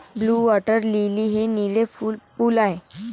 blue water lily हे निळे फूल आहे